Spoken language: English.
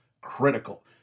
critical